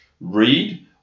read